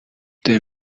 them